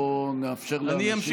בוא נאפשר לאנשים,